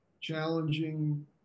challenging